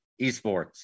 esports